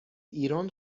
ایران